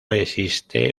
existe